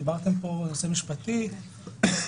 דיברתם פה על נושא משפטי מהותי.